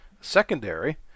secondary